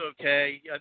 okay